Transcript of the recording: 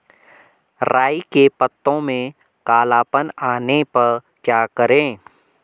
राई के पत्तों में काला पन आने पर क्या करें?